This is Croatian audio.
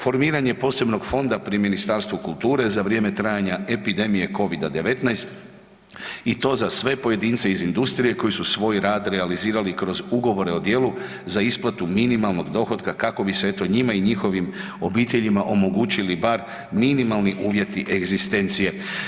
Formiranje posebnog fonda pri Ministarstvu kulture za vrijeme trajanja epidemije Covida-19 i to za sve pojedince iz industrije koji su svoj rad realizirali kroz ugovore o djelu za isplatu minimalnog dohotka kako bi se eto njima i njihovim obiteljima omogućili bar minimalni uvjeti egzistencije.